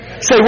Say